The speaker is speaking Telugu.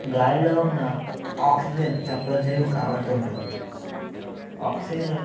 గాలిలో ఉన్న ఆక్సిజన్ తప్పనిసరిగా కావలుతూ ఉంటుంది ఆక్సిజన్